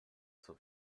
zur